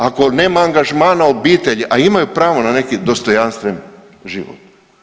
Ako nema angažmana obitelji, a imaju pravo na neki dostojanstven život.